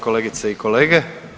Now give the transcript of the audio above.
kolegice i kolege.